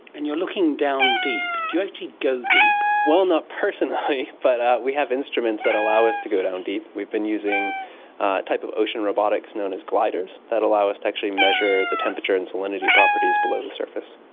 and you are looking down deep. do you actually go deep? well, not personally, but we have instruments that allow us to go down deep. we've been using a type of ocean robotics known as gliders that allow us to actually measure the temperature and salinity properties below the surface.